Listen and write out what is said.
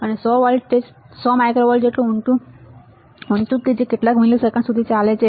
અને voltage 100 microvolt જેટલું ઊંચું છે જે કેટલાંક મિલીસેકન્ડ્સ સુધી ચાલે છે